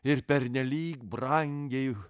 ir pernelyg brangiai